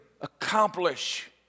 accomplish